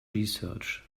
research